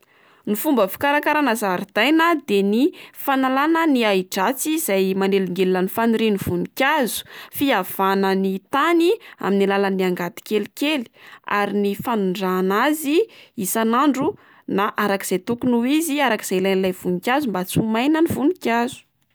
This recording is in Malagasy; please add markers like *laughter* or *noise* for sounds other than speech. Ny fomba fikarakarana zaridaina de ny fanalana ny hai-dratsy izay manelingelina ny fanairan'ny voninkazo, fihavana ny tany amin'ny alalan'ny angady kelikely, ary ny fanondrahana azy isan'andro *hesitation* na arak'izay tokony ho izy arak'izay ilain'ilay voninkazo mba tsy ho maina ny voninkazo.